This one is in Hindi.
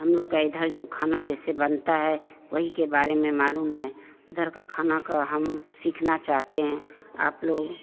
हमलोग का इधर जो खाना जैसे बनता है वही के बारे में मालूम है उधर का खाना का हम सीखना चाहते हैं आप लोग